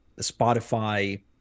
Spotify